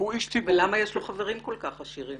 כי הוא איש ציבור --- ולמה יש לו חברים כל כך עשירים?